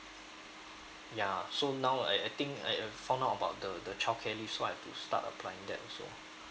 ya so now I I think I uh found out about the the childcare you so I have to start applying that also